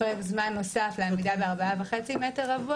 פרק זמן נוסף לעמידה ב-4.5 מ"ר,